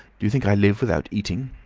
do you think i live without eating?